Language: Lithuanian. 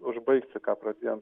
užbaigti ką pradėjom